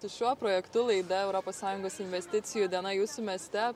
su šiuo projektu laida europos sąjungos investicijų diena jūsų mieste